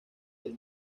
del